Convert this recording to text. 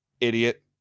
idiot